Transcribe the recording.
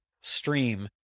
stream